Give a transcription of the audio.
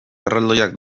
erraldoiak